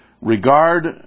regard